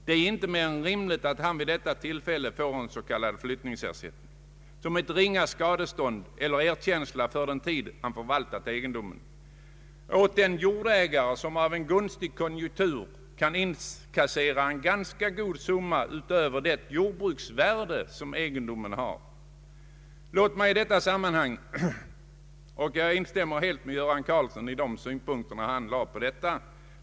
Det är inte mer än rimligt att han vid ett sådant tillfälle får s.k. flyttningsersättning som ett ringa skadestånd eller som erkänsla för den tid han förvaltat egendomen åt den jordägare som tack vare en gunstig konjunktur kunnat inkassera en ganska hög summa utöver egendomens jordbruksvärde. Jag instämmer helt i de synpunkter som herr Göran Karlsson framförde här.